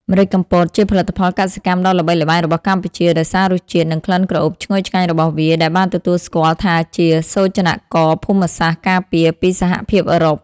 ម្រេចកំពតជាផលិតផលកសិកម្មដ៏ល្បីល្បាញរបស់កម្ពុជា ដោយសាររសជាតិ និងក្លិនក្រអូបឈ្ងុយឆ្ងាញ់របស់វា ដែលបានទទួលស្គាល់ថាជាសូចនាករភូមិសាស្ត្រការពារពីសហភាពអឺរ៉ុប ។